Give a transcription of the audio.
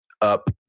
Up